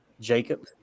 Jacob